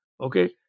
Okay